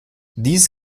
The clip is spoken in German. dies